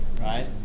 right